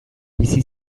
bizi